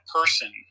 person